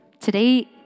Today